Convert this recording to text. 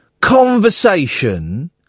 conversation